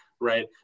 right